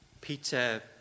Peter